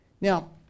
Now